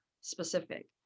specific